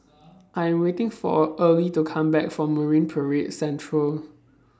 I'm waiting For Early to Come Back from Marine Parade Central